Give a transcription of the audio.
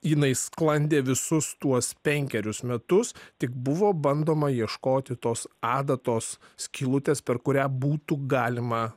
jinai sklandė visus tuos penkerius metus tik buvo bandoma ieškoti tos adatos skylutės per kurią būtų galima